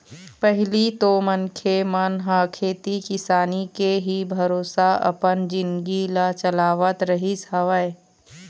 पहिली तो मनखे मन ह खेती किसानी के ही भरोसा अपन जिनगी ल चलावत रहिस हवय